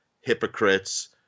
hypocrites